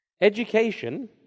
Education